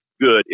good